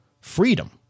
Freedom